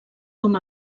com